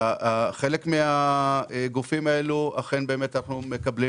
שחלק מהגופים האלה אכן באמת אנחנו מקבלים